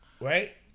right